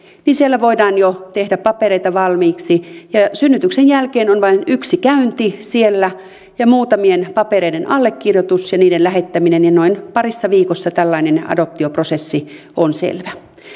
siellä voidaan jo tehdä papereita valmiiksi ja ja synnytyksen jälkeen on vain yksi käynti siellä ja muutamien papereiden allekirjoitus ja niiden lähettäminen ja noin parissa viikossa tällainen adoptioprosessi on selvä